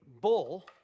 bull